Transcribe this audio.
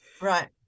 Right